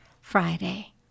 Friday